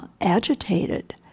agitated